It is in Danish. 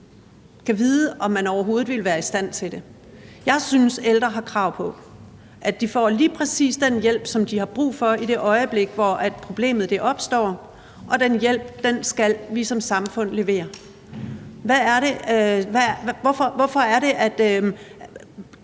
Gad vide, om man overhovedet ville være i stand til det. Jeg synes, at ældre har krav på, at de får lige præcis den hjælp, som de har brug for, i det øjeblik, hvor problemet opstår, og den hjælp skal vi som samfund levere. Kan ordføreren ikke